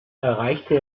erreichte